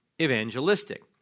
evangelistic